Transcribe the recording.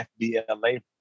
FBLA